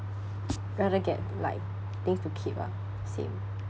better get like things to keep ah same